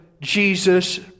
Jesus